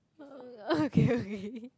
uh okay okay